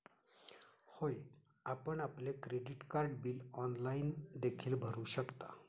होय, आपण आपले क्रेडिट कार्ड बिल ऑनलाइन देखील भरू शकता